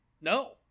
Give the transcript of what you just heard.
No